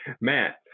Matt